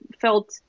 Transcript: felt